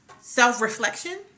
self-reflection